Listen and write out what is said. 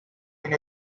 been